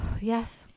Yes